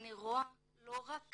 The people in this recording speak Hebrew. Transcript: אני רואה לא רק